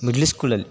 middle ಸ್ಕೂಲಲ್ಲಿ